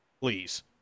Please